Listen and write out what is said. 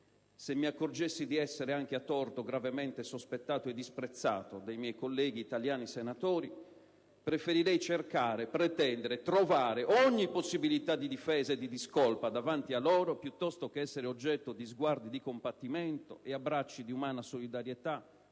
«Se mi accorgessi di essere, anche a torto, gravemente sospettato e disprezzato dai miei colleghi senatori italiani, preferirei cercare, pretendere, trovare ogni possibilità di difesa e di discolpa davanti a loro, piuttosto che essere oggetto di sguardi di compatimento e di abbracci di umana solidarietà